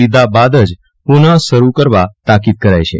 લીધા બાદ જ પુનઃશરૂ કરવા તાકીદ કરાઈ છે